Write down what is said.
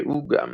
ראו גם